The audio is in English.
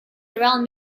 around